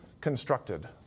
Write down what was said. constructed